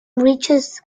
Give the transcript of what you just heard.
reaches